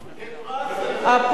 כפרס על זה, הפרס,